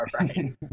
right